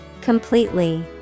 Completely